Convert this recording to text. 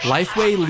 Lifeway